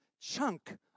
chunk